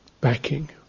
backing